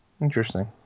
Interesting